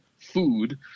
food